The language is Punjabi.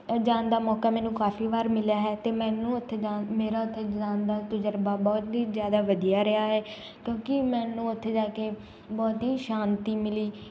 ਜਾਣ ਦਾ ਮੌਕਾ ਮੈਨੂੰ ਕਾਫ਼ੀ ਵਾਰ ਮਿਲਿਆ ਹੈ ਅਤੇ ਮੈਨੂੰ ਉੱਥੇ ਜਾਣ ਮੇਰਾ ਉੱਥੇ ਜਾਣ ਦਾ ਤਜਰਬਾ ਬਹੁਤ ਹੀ ਜ਼ਿਆਦਾ ਵਧੀਆ ਰਿਹਾ ਹੈ ਕਿਉਂਕਿ ਮੈਨੂੰ ਉੱਥੇ ਜਾ ਕੇ ਬਹੁਤ ਹੀ ਸ਼ਾਂਤੀ ਮਿਲੀ